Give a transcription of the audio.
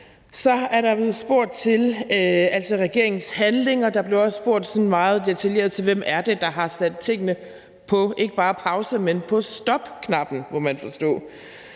Så er der blevet spurgt til regeringens handlinger, og der blev også spurgt sådan meget detaljeret til, hvem det er, der har sat tingene ikke bare på pause, men trykket på stopknappen, må man forstå.